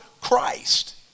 Christ